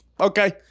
Okay